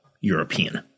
European